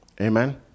Amen